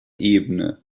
ebene